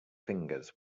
fingers